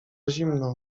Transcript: zimno